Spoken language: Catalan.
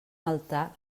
altar